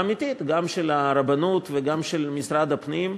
האמיתית, גם של הרבנות וגם של משרד הפנים,